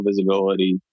visibility